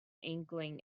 inkling